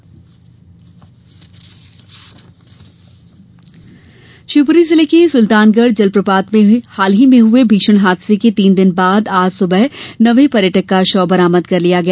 शव बरामद शिवपुरी जिले के सुल्तानगढ जलप्रपात में हाल ही में हुए भीषण हादसे के तीन दिन बाद आज सुबह नवें पर्यटक का भी शव बरामद कर लिया गया